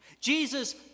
Jesus